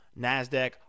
NASDAQ